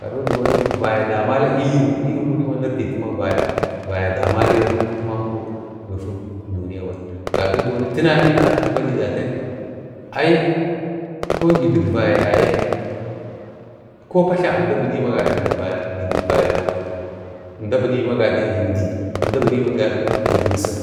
﻿gado diwoni vaya damala iyu-iyu murima nir ditu ma vaya damala yau ati manko a gifik duniya bai gado diwoni tina adhak badai datiyan ai ko gi dik vaya yaye ko patla mda bilimana gada gi vayayo bai, mda bili gada gi əndi ko gada ma gi gimsik